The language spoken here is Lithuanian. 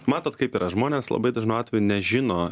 matot kaip yra žmonės labai dažnu atveju nežino